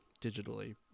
digitally